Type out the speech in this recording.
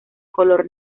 color